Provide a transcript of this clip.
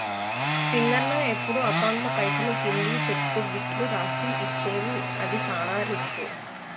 సింగన్న ఎప్పుడు అకౌంట్లో పైసలు కింది సెక్కు గిట్లు రాసి ఇచ్చేవు అది సాన రిస్కు